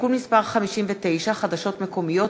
(תיקון מס' 59) (חדשות מקומיות),